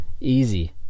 easy